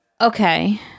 Okay